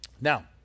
Now